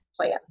plan